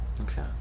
Okay